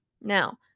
Now